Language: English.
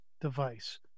device